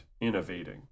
innovating